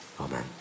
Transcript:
Amen